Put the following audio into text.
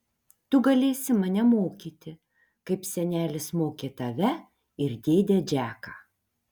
tu galėsi mane mokyti kaip senelis mokė tave ir dėdę džeką